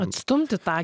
atstumti tą